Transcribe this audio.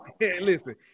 Listen